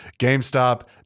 GameStop